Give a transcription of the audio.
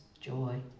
joy